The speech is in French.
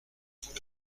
vous